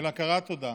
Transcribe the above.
של הכרת תודה.